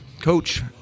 coach